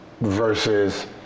versus